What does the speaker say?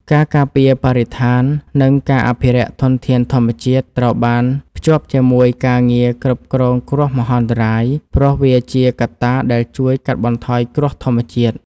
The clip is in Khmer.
ការការពារបរិស្ថាន និងការអភិរក្សធនធានធម្មជាតិត្រូវបានភ្ជាប់ជាមួយការងារគ្រប់គ្រងគ្រោះមហន្តរាយ ព្រោះវាជាកត្តាដែលជួយកាត់បន្ថយគ្រោះធម្មជាតិ។